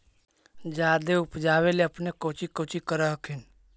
जादे उपजाबे ले अपने कौची कौची कर हखिन?